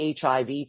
HIV